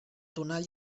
tonal